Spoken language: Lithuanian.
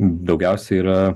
daugiausiai yra